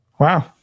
Wow